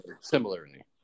similarly